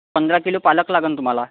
पंधरा किलो पालक लागंल तुम्हाला